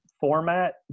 format